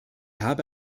habe